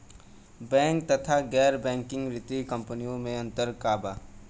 Bank तथा गैर banking वित्तीय कम्पनीयो मे अन्तर का बा?